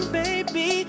baby